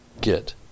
get